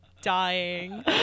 dying